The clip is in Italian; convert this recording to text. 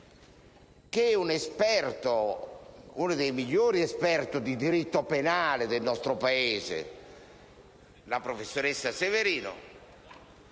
che uno dei migliori esperti di diritto penale del nostro Paese, la professoressa Severino,